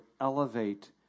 elevate